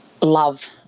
love